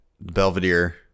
Belvedere